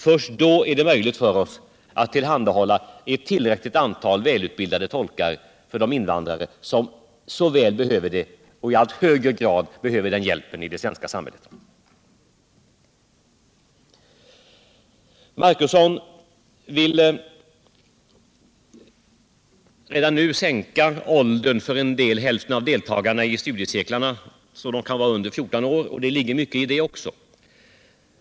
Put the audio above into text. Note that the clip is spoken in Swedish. Först då blir det möjligt för oss att tillhandahålla ett tillräckligt antal välutbildade tolkar åt invandrarna, som i allt högre grad behöver den hjälpen i det svenska samhället. Eric Marcusson vill redan nu sänka åldersgränsen för deltagare i studiecirklar så att hälften kan vara under 14 år, och det ligger mycket i det också.